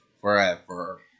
forever